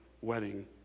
wedding